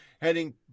heading